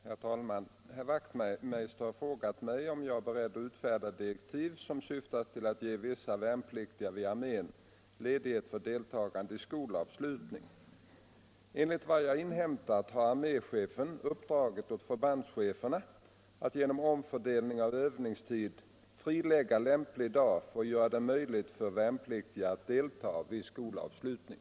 Herr talman! Herr Wachtmeister i Staffanstorp har frågat mig om jag är beredd att utfärda direktiv som syftar till att ge vissa värnpliktiga vid armén ledigt för deltagande i skolavslutning. Enligt vad jag har inhämtat har arméchefen uppdragit åt förbandscheferna att genom omfördelning av övningstid frilägga lämplig dag för att göra det möjligt för värnpliktig att delta vid skolavslutning.